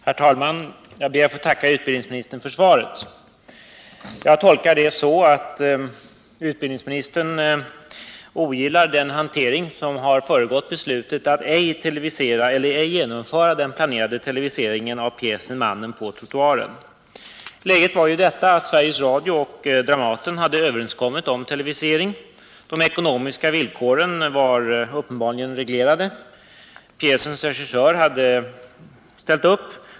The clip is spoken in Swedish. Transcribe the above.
Herr talman! Jag ber att få tacka utbildningsministern för svaret. Jag tolkar svaret så, att utbildningsministern ogillar den hantering som har föregått beslutet att ej genomföra den planerade televiseringen av pjäsen Mannen på trottoaren. Läget var detta: Sveriges Radio och Dramaten hade överenskommit om televisering. De ekonomiska villkoren var uppenbarligen reglerade. Pjäsens regissör hade ställt upp.